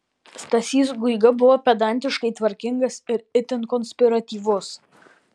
stasys guiga buvo pedantiškai tvarkingas ir itin konspiratyvus